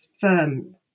firm